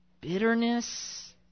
bitterness